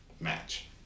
match